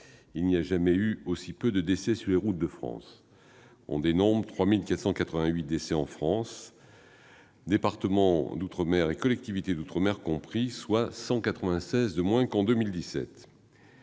il n'y a jamais eu aussi peu de décès sur les routes de France. On a dénombré 3 488 morts en France, départements et collectivités d'outre-mer compris, soit 196 de moins qu'en 2017.